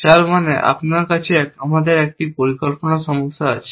যার মানে আপনার কাছে আমাদের একটি পরিকল্পনা সমস্যা আছে